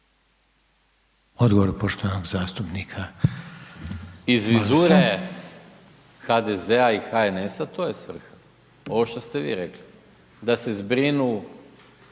**Maras, Gordan (SDP)** Iz vizure HDZ-a i HNS-a, to je svrha. Ovo što ste vi rekli. Da se zbrinu